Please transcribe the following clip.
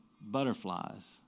butterflies